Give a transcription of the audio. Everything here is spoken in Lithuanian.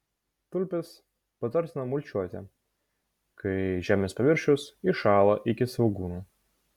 tulpes patartina mulčiuoti kai žemės paviršius įšąla iki svogūnų